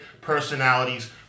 personalities